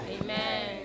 Amen